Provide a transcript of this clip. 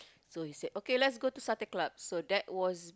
so he said okay let's go to Satay-Club so that was